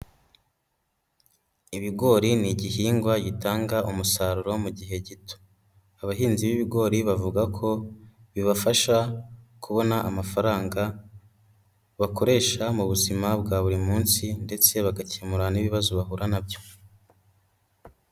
Ibigori ni igihingwa gitanga umusaruro mu gihe gito, abahinzi b'ibigori bavuga ko bibafasha kubona amafaranga bakoresha mu buzima bwa buri munsi ndetse bagakemura n'ibibazo bahura nabyo.